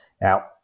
Now